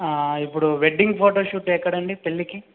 ఇప్పుడు wedding photoshoot ఎక్కడండి పెళ్ళికి